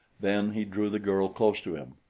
then he drew the girl close to him.